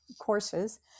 courses